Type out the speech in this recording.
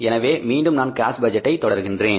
எனவே மீண்டும் நான் கேஸ் பட்ஜெட்டை தொடர்கின்றேன்